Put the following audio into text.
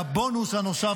והבונוס הנוסף,